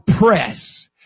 press